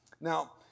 Now